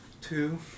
Two